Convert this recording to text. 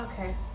Okay